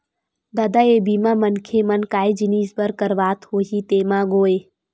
ददा ये बीमा मनखे मन काय जिनिय बर करवात होही तेमा गोय?